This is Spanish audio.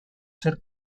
ser